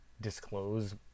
disclose